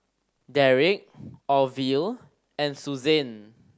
Derick Orville and Susanne